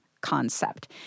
concept